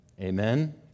Amen